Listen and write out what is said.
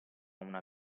una